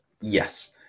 Yes